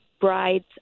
bride's